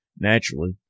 naturally